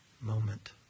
moment